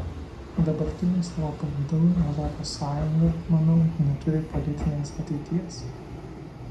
dabartiniu savo pavidalu europos sąjunga manau neturi politinės ateities